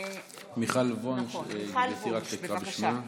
מיכל וונש, גברתי רק תקרא בשמה.